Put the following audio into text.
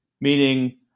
Meaning